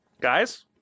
guys